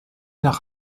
nach